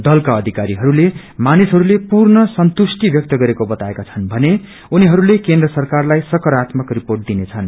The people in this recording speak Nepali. दलाका अधिकारीहरूले मानिसहरूले पूर्ण ससंतुष्टी व्वयक्त गरेको बताएका छन् भने उनीहरूले केन्द्र सरकारलाई सकारात्मक रिपोेट दिनेछन्